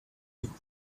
him